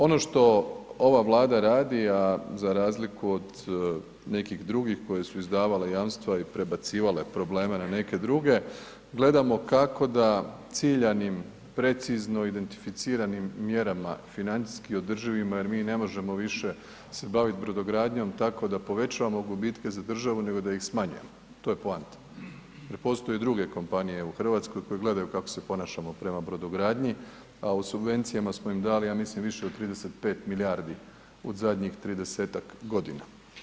Ono što ova Vlada radi a razliku od nekih drugih koje su izdavala jamstva i prebacivale probleme na neke druge, gledamo kako da ciljanim, precizno identificiranim mjerama financijski održivim jer mi ne možemo više se baviti brodogradnjom tako da povećamo gubitke za državu nego da ih smanjujemo, to je poanta jer postoje i druge kompanije u Hrvatskoj koje gledaju kako se ponašamo prema brodogradnji a u subvencijama smo im dali ja mislim, više od 35 milijardi u zadnjih 30-ak godina.